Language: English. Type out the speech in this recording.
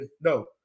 No